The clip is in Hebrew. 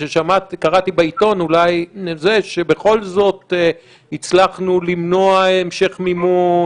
שקראתי בעיתון שבכל זאת הצלחנו למנוע המשך מימון,